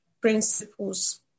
principles